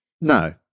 No